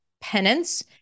Penance